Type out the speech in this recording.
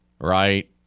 right